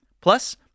Plus